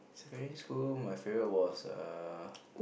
secondary school my favourite was err